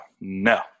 No